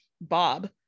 bob